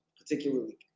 particularly